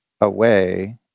away